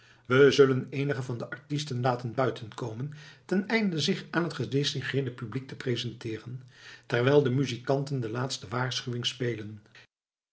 we zullen eenige van de artisten laten buiten komen ten einde zich aan het gedistingeerde publiek te presenteeren terwijl de muzikanten de laatste waarschuwing spelen